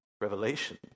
Revelation